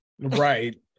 Right